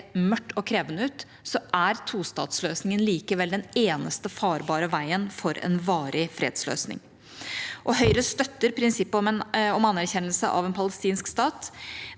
mørkt og krevende ut, er tostatsløsningen likevel den eneste farbare veien for en varig fredsløsning. Høyre støtter prinsippet om anerkjennelse av en palestinsk stat.